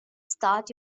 start